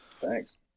thanks